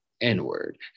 N-word